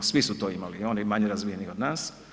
Svi su to imali i oni manje razvijeni od nas.